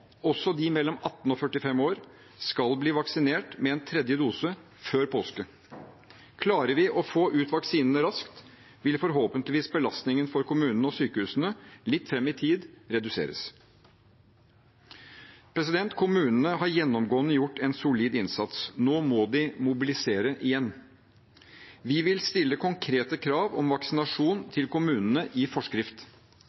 også de mellom 18 og 45 år, skal bli vaksinert med tredje dose før påske. Klarer vi å få ut vaksinene raskt, vil forhåpentligvis belastningen for kommunene og sykehusene litt fram i tid reduseres. Kommunene har gjennomgående gjort en solid innsats. Nå må de mobilisere igjen. Vi vil stille konkrete krav om vaksinasjon